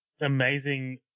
amazing